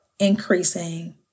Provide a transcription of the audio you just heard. increasing